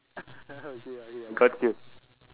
okay okay I got you